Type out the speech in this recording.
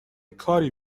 کاری